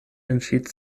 entschied